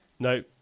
No